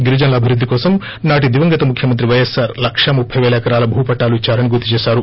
గిరిజనుల అభివృద్ది కొసం నాటి దివంగత ముఖ్యమంత్రి పైఎస్పార్ లక్షా ముప్పి పేల ఏకరాల భూ పట్టాలు ఇచ్చారని గుర్తుచేశారు